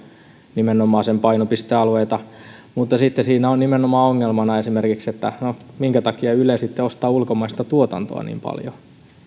nimenomaan painopistealueita mutta sitten siinä on nimenomaan ongelmana esimerkiksi se että no minkä takia yle sitten ostaa ulkomaista tuotantoa niin paljon